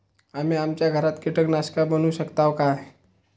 आम्ही आमच्या घरात कीटकनाशका बनवू शकताव काय?